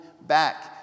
back